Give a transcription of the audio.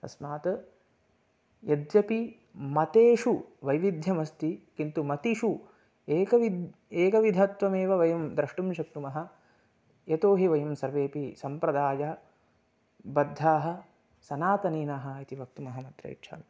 तस्मात् यद्यपि मतेषु वैविध्यमस्ति किन्तु मतिषु एकविधं एकविधत्वमेव वयं द्रष्टुं शक्नुमः यतोहि वयं सर्वेपि सम्प्रदायबद्धाः सनातनीनः इति वक्तुमहमत्र इच्छामि